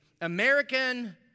American